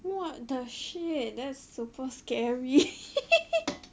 what the shit that's super scary